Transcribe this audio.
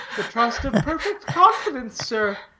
the trust of perfect confidence, sir.